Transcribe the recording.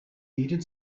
needed